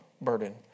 burden